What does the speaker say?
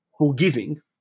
forgiving